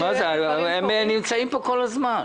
הם נמצאים פה כל הזמן.